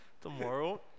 Tomorrow